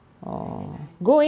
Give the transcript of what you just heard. friend and I